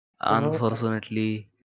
Unfortunately